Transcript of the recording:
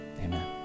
amen